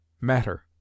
matter